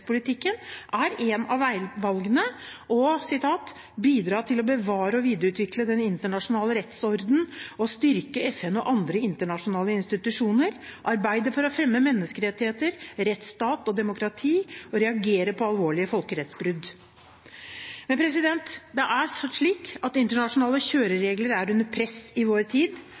er et av veivalgene: «Bidra til å bevare og videreutvikle den internasjonale rettsorden og styrke FN og andre internasjonale institusjoner. Arbeide for å fremme menneskerettigheter, rettsstat og demokrati. Reagere på alvorlige folkerettsbrudd.» Men det er slik at internasjonale kjøreregler er under press i vår tid,